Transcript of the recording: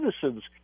citizens